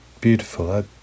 beautiful